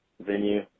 venue